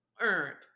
earned